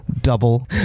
double